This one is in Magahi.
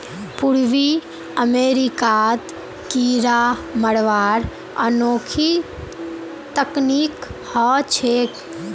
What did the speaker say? पूर्वी अमेरिकात कीरा मरवार अनोखी तकनीक ह छेक